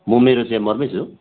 म मेरो च्याम्बरमै छु